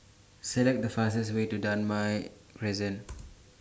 Select The fastest Way to Damai Crescent